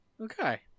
Okay